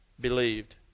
believed